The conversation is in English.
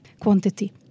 quantity